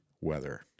weather